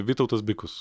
vytautas bikus